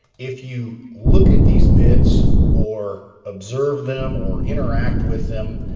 if you look at these bits or observe them or interact with them,